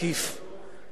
ואנחנו יודעים,